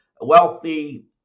wealthy